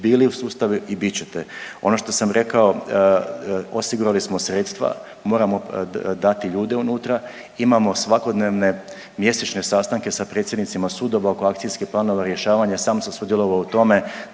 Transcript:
bili u sustavu i biti ćete. Ono što sam rekao osigurali smo sredstva, moramo dati ljude unutra, imamo svakodnevne mjesečne sastanke sa predsjednicima sudova oko akcijskih planova i rješavanja i sam sa sudjelovao u tome